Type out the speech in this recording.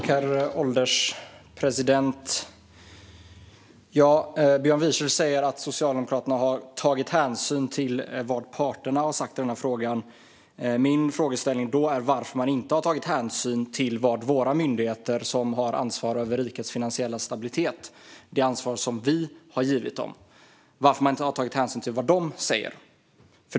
Herr ålderspresident! Björn Wiechel säger att Socialdemokraterna har tagit hänsyn till vad parterna sagt i frågan. Min frågeställning blir då varför man inte har tagit hänsyn till vad våra myndigheter, som har ansvar för rikets finansiella stabilitet - det ansvar som vi har givit dem - säger.